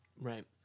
right